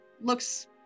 looks